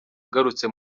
agarutse